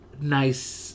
nice